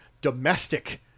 domestic